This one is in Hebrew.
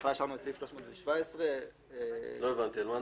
בהתחלה השארנו את סעיף 317. וועדה